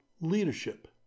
Leadership